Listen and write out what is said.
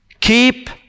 Keep